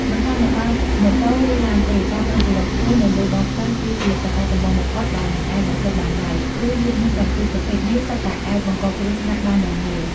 មិនថាអ្នកបើកម៉ូតូឬឡានទេ ការប្រុងប្រយ័ត្នខ្ពស់នៅលើដងផ្លូវគឺជាកត្តាចម្បងបំផុតដែលមិនអាចបំភ្លេចបានឡើយ ព្រោះយានយន្តទាំងពីរប្រភេទនេះសុទ្ធតែអាចបង្កគ្រោះថ្នាក់បានយ៉ាងងាយ។